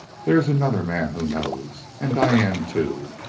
there is another man who knows and diane, too.